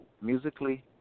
musically